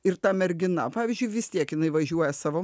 ir ta mergina pavyzdžiui vis tiek jinai važiuoja savo